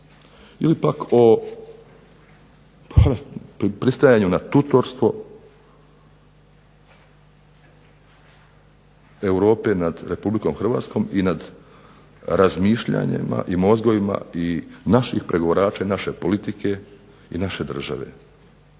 ili pak o pristajanju na tutorstvo Europe nad Republikom Hrvatskom i nad razmišljanjima i mozgovima naših pregovarača i naše politike i naše države.